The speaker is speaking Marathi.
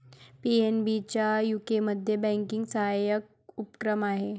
पी.एन.बी चा यूकेमध्ये बँकिंग सहाय्यक उपक्रम आहे